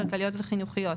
כלכליות וחינוכיות.